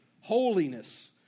holiness